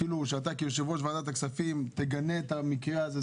אפילו שאתה כיושב ראש ועדת הכספים תגנה את המקרה הזה.